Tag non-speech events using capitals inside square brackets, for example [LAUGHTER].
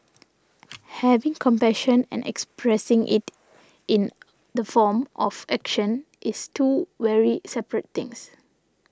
[NOISE] having compassion and expressing it in the form of action is two very separate things